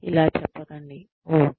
ఇలా చెప్పకండి ఓహ్